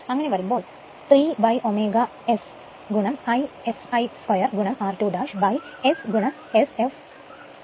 അങ്ങനെ വരുമ്പോൾ 3ω S I fl 2 r2S Sfl എന്ന് ആയിരിക്കും